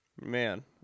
Man